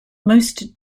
most